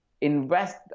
invest